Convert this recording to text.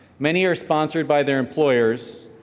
many are sponsored by their employers,